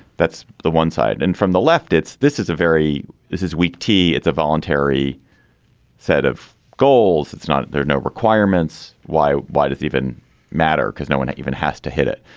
that's the one side and from the left it's this is a very this is weak tea it's a voluntary set of goals. it's not. there are no requirements. why why does it even matter. because no one even has to hit it.